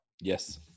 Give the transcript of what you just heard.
Yes